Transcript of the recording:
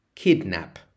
Kidnap